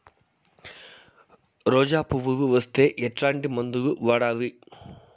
రోజా పువ్వులు వస్తే ఎట్లాంటి మందులు వాడాలి?